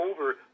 over